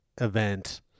event